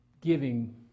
giving